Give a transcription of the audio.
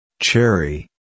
cherry